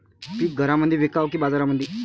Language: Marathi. पीक घरामंदी विकावं की बाजारामंदी?